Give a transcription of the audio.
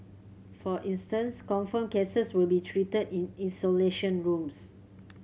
for instance confirmed cases will be treated in rooms